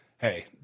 Hey